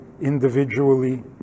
individually